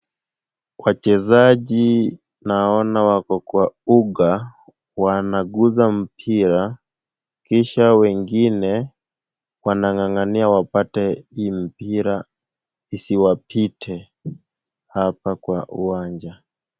Wachezaji naona wako kwa uga wanaguza mpira, kisha wengine wanang'ang'ania wapate hii mpira isiwapite hapa kwa uwanja.